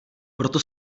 proto